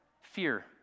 fear